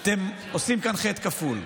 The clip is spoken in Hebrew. אתם עושים כאן חטא כפול: